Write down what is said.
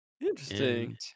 Interesting